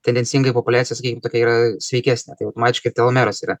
tendencingai populiacija sakykim tokia yra sveikesnė tai automatiškai telomeras yra